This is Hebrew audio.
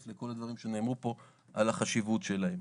לכל הדברים שנאמרו פה על החשיבות שלהם.